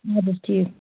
اَدٕ حظ ٹھیٖک